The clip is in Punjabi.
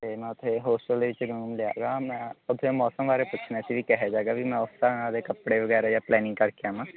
ਅਤੇ ਮੈਂ ਉੱਥੇ ਹੋਸਟਲ ਦੇ ਵਿੱਚ ਰੂਮ ਲਿਆ ਸੀਗਾ ਮੈਂ ਉੱਥੇ ਮੌਸਮ ਬਾਰੇ ਪੁੱਛਣਾ ਸੀ ਵੀ ਕਿਹੋ ਜਿਹਾ ਗਾ ਵੀ ਮੈਂ ਉਸ ਹਿਸਾਬ ਦੇ ਕੱਪੜੇ ਵਗੈਰਾ ਜਾਂ ਪਲੈਨਿੰਗ ਕਰਕੇ ਆਵਾਂ